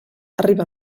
arriba